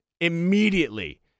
immediately